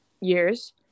years